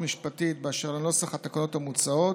משפטית באשר לנוסח התקנות המוצעות.